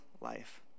life